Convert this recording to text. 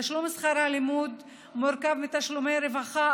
תשלום שכר הלימוד מורכב מתשלומי רווחה,